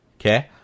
Okay